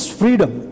freedom